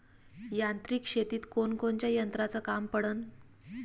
यांत्रिक शेतीत कोनकोनच्या यंत्राचं काम पडन?